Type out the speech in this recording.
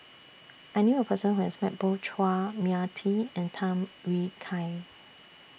I knew A Person Who has Met Both Chua Mia Tee and Tham Yui Kai